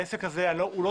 העסק הזה לא טריוויאלי,